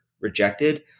rejected